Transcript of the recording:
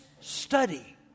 study